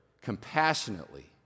Compassionately